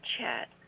chat